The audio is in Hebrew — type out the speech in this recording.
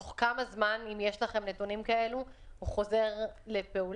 תוך כמה זמן הוא חוזר לפעולה?